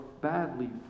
badly